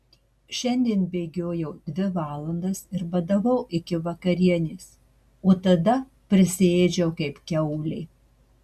šiandien bėgiojau dvi valandas ir badavau iki vakarienės o tada prisiėdžiau kaip kiaulė